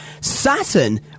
Saturn